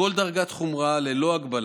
בכל דרגת חומרה וללא הגבלה.